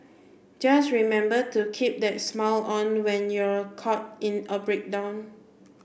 just remember to keep that smile on when you're caught in a breakdown